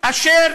אשר